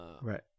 Right